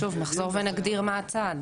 שוב, נחזור ונגדיר מה ההצעה.